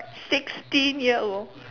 sixteen year old